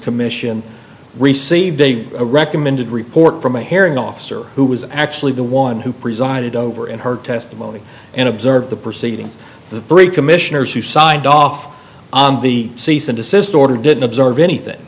commission received a recommended report from a hearing officer who was actually the one who presided over in her testimony and observed the proceedings the three commissioners who signed off on the cease and desist order didn't observe anything